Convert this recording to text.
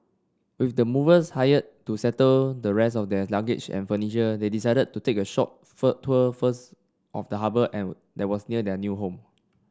with the movers hired to settle the rest of their luggage and furniture they decided to take short tour first of the harbour and that was near their new home